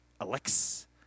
Alex